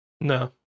No